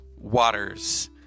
Waters